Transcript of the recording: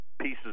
Pieces